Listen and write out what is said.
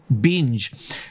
Binge